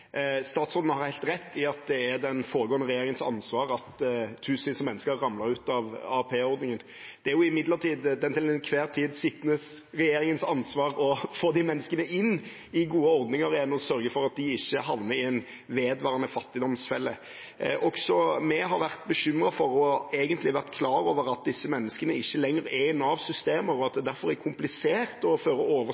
Statsråden har helt rett i at det er den foregående regjeringens ansvar at tusenvis av mennesker ramlet ut av AAP-ordningen. Det er imidlertid den til enhver tid sittende regjerings ansvar å få de menneskene inn i gode ordninger igjen og sørge for at de ikke havner i en vedvarende fattigdomsfelle. Også vi har vært bekymret for og egentlig vært klar over at disse menneskene ikke lenger er i Navs systemer, og at det derfor er komplisert å føre oversikt over